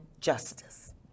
justice